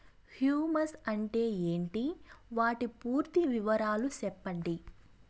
Humus అంటే ఏంటి? వాటి పూర్తి వివరాలు సెప్పండి?